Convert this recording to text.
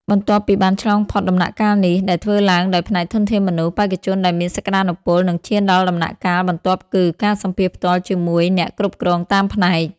បន្ទាប់ពីបានឆ្លងផុតដំណាក់កាលនេះ ដែលធ្វើឡើងដោយផ្នែកធនធានមនុស្ស បេក្ខជនដែលមានសក្តានុពលនឹងឈានដល់ដំណាក់កាលបន្ទាប់គឺ ការសម្ភាសន៍ផ្ទាល់ជាមួយអ្នកគ្រប់គ្រងតាមផ្នែក។